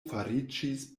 fariĝis